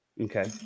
Okay